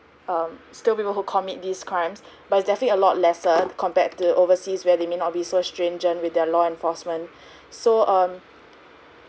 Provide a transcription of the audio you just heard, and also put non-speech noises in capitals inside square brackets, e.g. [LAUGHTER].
um still people who commit these crimes but it's definitely a lot lesser compared to the overseas where they may not be so stringent with their law enforcement [BREATH] so um